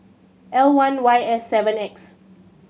L one Y S seven X